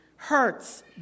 hurts